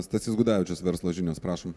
stasys gudavičius verslo žinios prašom